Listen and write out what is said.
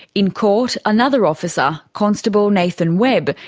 in court, another officer constable nathan webb,